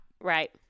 Right